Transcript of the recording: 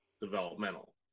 developmental